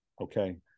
okay